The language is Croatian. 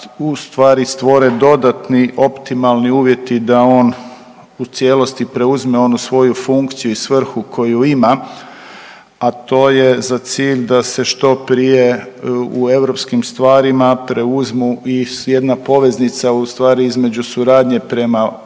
ustvari stvore dodatni optimalni uvjeti da on u cijelosti preuzme onu svoju funkciju i svrhu koju ima, a to je za cilj da se što prije u europskim stvarima preuzmu i s jedne poveznica ustvari između suradnje prema